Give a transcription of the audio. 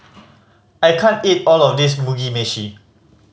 I can't eat all of this Mugi Meshi